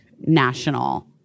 National